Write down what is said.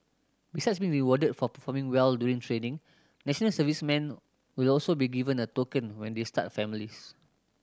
besides being rewarded for performing well during training national servicemen will also be given a token when they start families